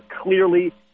clearly